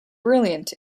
brilliant